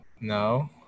No